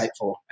insightful